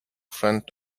front